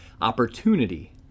opportunity